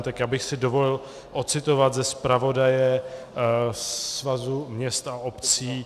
Tak já bych si dovolil odcitovat ze zpravodaje Svazu měst a obcí.